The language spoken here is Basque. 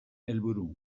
helburu